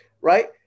right